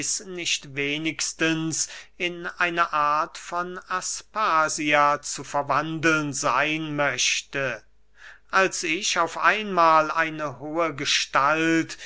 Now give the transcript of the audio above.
nicht wenigstens in eine art von aspasia zu verwandeln seyn möchte als ich auf einmahl eine hohe gestalt